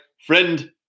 friend